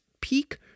peak